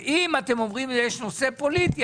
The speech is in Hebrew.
ואם אתם אומרים שיש נושא פוליטי,